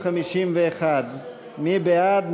51. מי בעד?